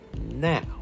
Now